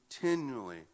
continually